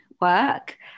work